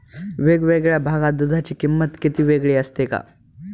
वेगवेगळ्या भागात दूधाची किंमत वेगळी असते का?